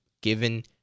given